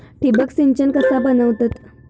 ठिबक सिंचन कसा बनवतत?